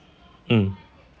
mm